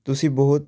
ਤੁਸੀਂ ਬਹੁਤ